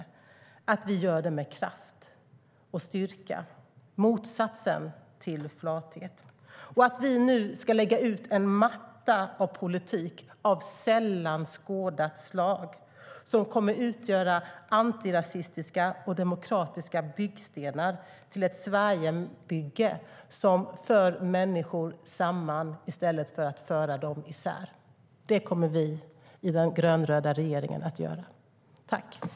För mig som kultur och demokratiminister är det viktigt att vi gör detta med kraft och styrka - motsatsen till flathet. Vi ska nu lägga ut en matta av politik av sällan skådat slag som kommer att utgöra antirasistiska och demokratiska byggstenar till ett Sverigebygge som för människor samman i stället för att föra dem isär. Det kommer vi i den grönröda regeringen att göra.